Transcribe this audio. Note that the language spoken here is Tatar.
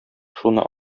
шуны